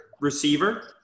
Receiver